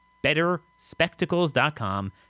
betterspectacles.com